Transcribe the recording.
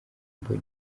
mbonye